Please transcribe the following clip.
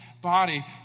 body